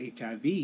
HIV